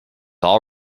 all